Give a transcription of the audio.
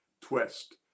twist